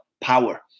power